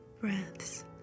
breaths